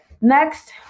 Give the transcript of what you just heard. next